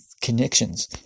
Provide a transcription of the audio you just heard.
connections